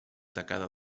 tacada